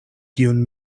kiun